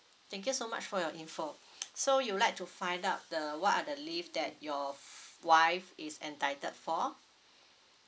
thank you so much for your info so you would like to find out the what are the leave that your f~ wife is entitled for